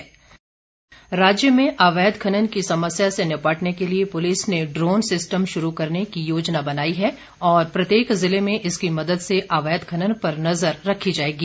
संजय कुंडु राज्य में अवैध खनन की समस्या से निपटने के लिए पुलिस ने ड्रोन सिस्टम शुरू करने की योजना बनाई है और प्रत्येक ज़िले में इसकी मदद से अवैध खनन पर नज़र रखी जाएगी